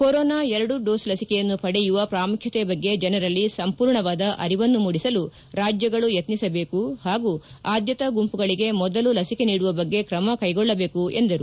corona ಎರಡೂ dose ಲಸಿಕೆಯನ್ನು ಪಡೆಯುವ ಪ್ರಾಮುಖ್ಯತೆ ಬಗ್ಗೆ ಜನರಲ್ಲಿ ಸಂಪೂರ್ಣವಾದ ಅರಿವನ್ನು ಮೂಡಿಸಲು ರಾಜ್ಯಗಳು ಯತ್ನಿಸಬೇಕು ಹಾಗೂ ಆದ್ಲತಾ ಗುಂಪುಗಳಗೆ ಮೊದಲು ಲಸಿಕೆ ನೀಡುವ ಬಗ್ಗೆ ತ್ರಮ ಕ್ಲೆಗೊಳ್ಳಬೇಕು ಎಂದರು